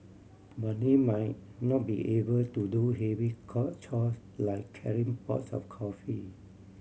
but they might not be able to do heavy call chores like carrying pots of coffee